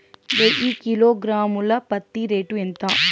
వెయ్యి కిలోగ్రాము ల పత్తి రేటు ఎంత?